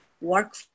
work